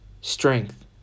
Strength